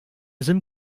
sim